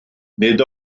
nid